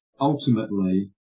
ultimately